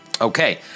Okay